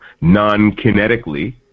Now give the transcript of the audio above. non-kinetically